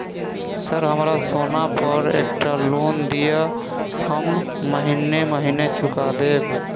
Sir हमरा सोना पर एकटा लोन दिऽ हम महीने महीने चुका देब?